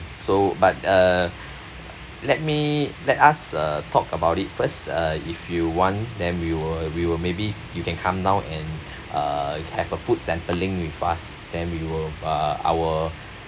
so but uh let me let us uh talk about it first uh if you want then we will we will maybe you can come down and uh have a food sampling with us then we will uh our